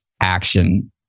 action